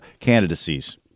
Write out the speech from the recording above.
candidacies